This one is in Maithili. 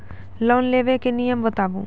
लोन लेबे के नियम बताबू?